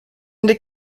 into